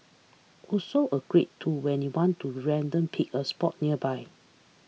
also a great tool when you want to random pick a spot nearby